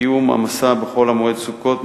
קיום המסע בחול המועד סוכות,